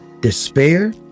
despair